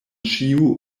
ĉiu